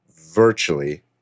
virtually